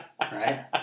right